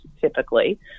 typically